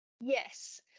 Yes